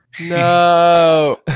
No